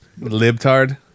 Libtard